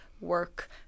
work